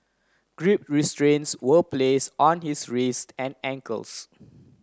grip restraints were place on his wrists and ankles